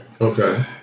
Okay